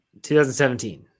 2017